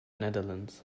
netherlands